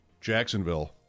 Jacksonville